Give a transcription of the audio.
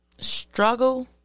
Struggle